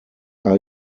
are